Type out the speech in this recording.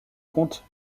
compte